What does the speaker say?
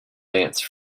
lance